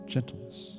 Gentleness